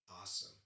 awesome